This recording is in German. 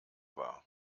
war